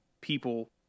people